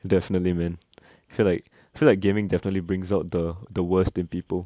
definitely man I feel like I feel like gaming definitely brings out the the worst in people